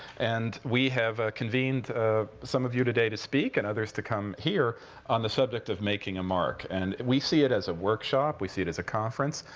and we have convened some of you today to speak and others to come here on the subject of making a mark. and we see it as a workshop. we see it as a conference.